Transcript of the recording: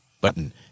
button